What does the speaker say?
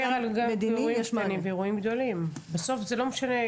בסוף זה לא משנה,